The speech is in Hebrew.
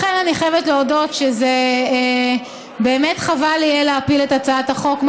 לכן אני חייבת להודות שבאמת יהיה חבל להפיל את הצעת החוק.